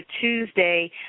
Tuesday